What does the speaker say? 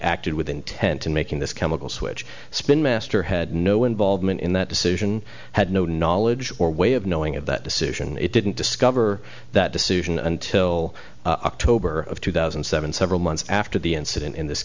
acted with intent to making this chemical switch spinmaster had no involvement in that decision had no knowledge or way of knowing of that decision it didn't discover that decision until october of two thousand and seven several months after the incident in this